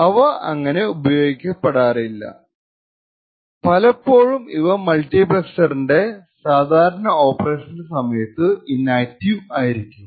അവ സങ്ങനെ ഉപയോഗിക്കപ്പെടാറില്ല പലപ്പോഴും ഇവ മൾട്ടിപ്ളെക്സർൻറെ സാദാരണ ഓപ്പറേഷന്റെ സമയത്തു ഇനാക്ടിവ് ആയിരിക്കും